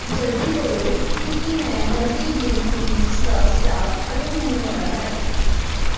ਜਲਦੀ ਕਰੋ Cookieman multigrain cookies ਦਾ ਸਟਾਕ ਖਤਮ ਹੋਣ ਵਾਲਾ ਹੈ